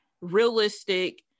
realistic